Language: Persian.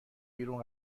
بیرون